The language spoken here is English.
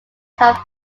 have